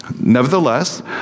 Nevertheless